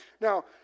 now